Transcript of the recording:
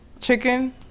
chicken